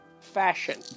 fashion